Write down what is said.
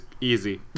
easy